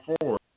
forward